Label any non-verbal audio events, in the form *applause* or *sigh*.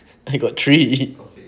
I got three *laughs*